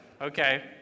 okay